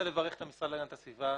את המשרד להגנת הסביבה.